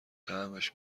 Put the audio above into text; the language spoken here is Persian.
طعمش